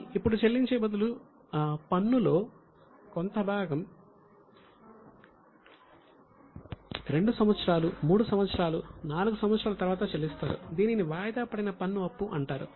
కాని ఇప్పుడు చెల్లించే బదులు పన్నులో కొంత భాగాన్ని 2 సంవత్సరాలు 3 సంవత్సరాలు 4 సంవత్సరాల తరువాత చెల్లిస్తారు దీనిని వాయిదాపడిన పన్నుఅప్పు అంటారు